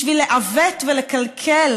בשביל לעוות ולקלקל